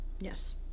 yes